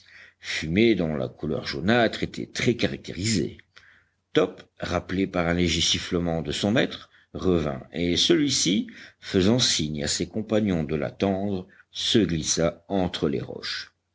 fumée dont la couleur jaunâtre était très caractérisée top rappelé par un léger sifflement de son maître revint et celui-ci faisant signe à ses compagnons de l'attendre se glissa entre les roches